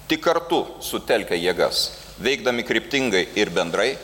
tik kartu sutelkę jėgas veikdami kryptingai ir bendrai